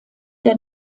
der